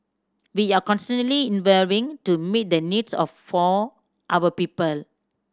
we are constantly evolving to meet the needs of for our people